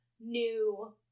new